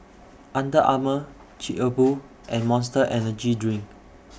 Under Armour Chic A Boo and Monster Energy Drink